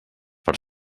per